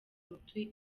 umuti